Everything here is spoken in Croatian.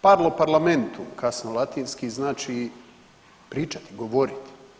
Parlo parlamentum kasno latinski znači pričati, govoriti.